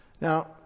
Now